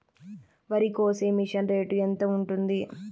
వరికోసే machine rate ఎంత ఉంటుంది?